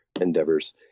endeavors